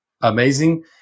amazing